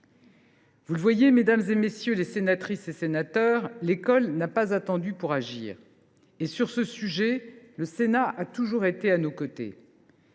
Vous le voyez, mesdames les sénatrices, messieurs les sénateurs, l’école n’a pas attendu pour agir et, sur ce sujet, le Sénat a toujours été à nos côtés.